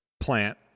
plant